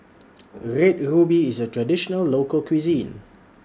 Red Ruby IS A Traditional Local Cuisine